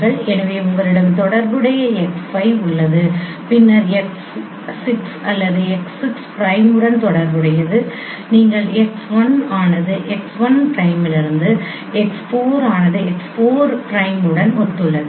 எனவே உங்களிடம் தொடர்புடைய x 5 உள்ளது பின்னர் x 6 ஆனது x 6 பிரைம் உடன் தொடர்புடையது நீங்கள் x 1 ஆனது x 1 பிரைமிலிருந்து x 4 ஆனது x 4 பிரைம் உடன் ஒத்துள்ளது